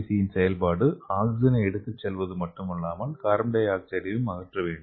சியின் செயல்பாடு ஆக்ஸிஜனை எடுத்துச் செல்வது மட்டுமல்லாமல் அது கார்பன் டை ஆக்சைடையும் அகற்ற வேண்டும்